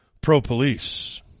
pro-police